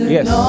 Yes